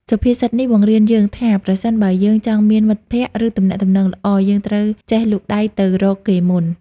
សុភាសិតនេះបង្រៀនយើងថា ប្រសិនបើយើងចង់មានមិត្តភក្តិ ឬទំនាក់ទំនងល្អ យើងត្រូវចេះលូកដៃទៅរកគេមុន។